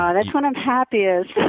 ah that's when i'm happiest. yeah,